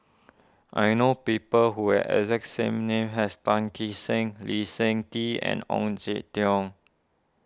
I know people who have exact same name as Tan Kee Sek Lee Seng Tee and Ong Jin Teong